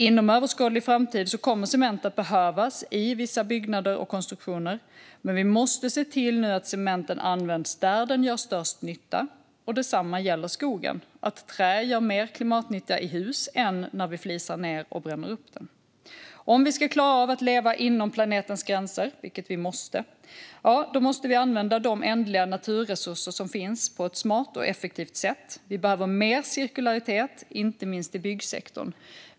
Inom överskådlig framtid kommer cement att behövas i vissa byggnader och konstruktioner, men vi måste nu se till att cementen används där den gör störst nytta. Detsamma gäller skogen: Träd gör mer klimatnytta i hus än när vi flisar ned och bränner upp dem. Om vi ska klara av att leva inom planetens gränser - vilket vi måste - måste vi använda de ändliga naturresurser som finns på ett smart och effektivt sätt. Vi behöver mer cirkularitet, inte minst i byggsektorn.